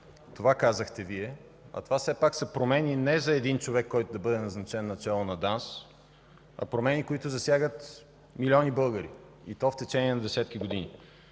Това казахте Вие. А това все пак са промени не за един човек, който да бъде назначен начело на ДАНС, а промени, засягащи милиони българи, и то в течение на десетки години.